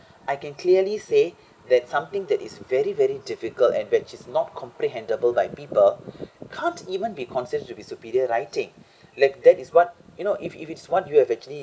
I can clearly say that something that is very very difficult and which is not comprehendible by people can't even be considered to be superior writing like that is what you know if if it's what you've actually